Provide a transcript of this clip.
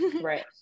Right